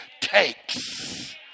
takes